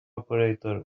operator